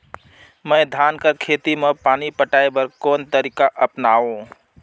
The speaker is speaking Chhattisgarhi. मैं धान कर खेती म पानी पटाय बर कोन तरीका अपनावो?